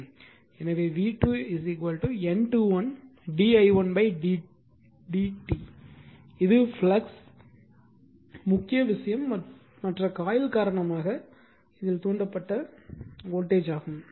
எனவே v2 N21 d i1 dt இது flux முக்கிய விஷயம் மற்ற காயில் காரணமாக r இன் தூண்டப்பட்ட வோல்டேஜ் ஆகும்